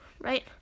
right